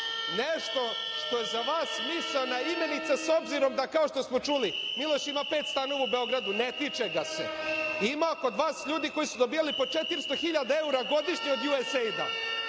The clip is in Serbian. Nešto što je vas misaona imenica, obzirom da kao što smo čuli, Miloš ima pet stanova u Beogradu, ne tiče ga se. Ima kod vas ljudi koji su dobijali po 400.000 evra godišnje od USAID-a.